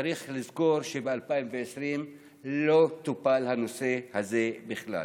צריך לזכור שב-2020 הנושא הזה לא טופל בכלל.